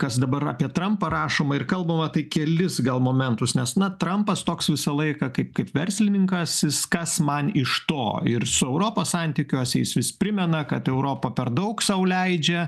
kas dabar apie trampą rašoma ir kalbama tai kelis gal momentus nes na trampas toks visą laiką kaip kaip verslininkas jis kas man iš to ir su europos santykiuose jis vis primena kad europa per daug sau leidžia